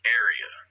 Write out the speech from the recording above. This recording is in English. area